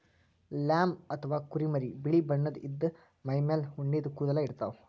lamb ಅಥವಾ ಕುರಿಮರಿ ಬಿಳಿ ಬಣ್ಣದ್ ಇದ್ದ್ ಮೈಮೇಲ್ ಉಣ್ಣಿದ್ ಕೂದಲ ಇರ್ತವ್